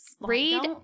read